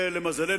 פייר.